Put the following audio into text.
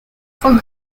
for